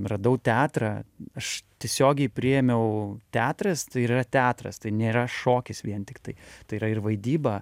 radau teatrą aš tiesiogiai priėmiau teatras tai yra teatras tai nėra šokis vien tiktai tai yra ir vaidyba